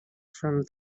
from